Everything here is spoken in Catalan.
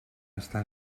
està